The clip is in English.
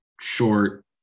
short